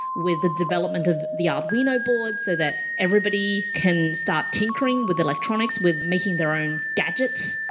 with the development of the out wiener board so that everybody can start tinkering with electronics, with making their own gadgets,